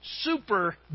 super